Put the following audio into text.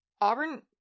auburn